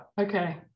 Okay